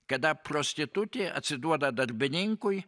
kada prostitutė atsiduoda darbininkui